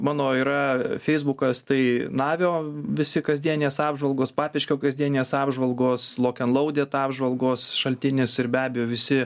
mano yra feisbukas tai navio visi kasdienės apžvalgos papiškio kasdienės apžvalgos lok and loded apžvalgos šaltinis ir be abejo visi